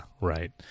right